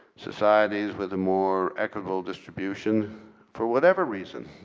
societies with more equitable distribution for whatever reason,